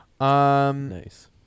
Nice